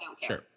sure